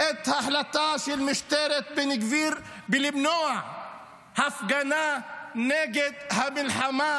את ההחלטה של משטרת בן גביר למנוע הפגנה נגד המלחמה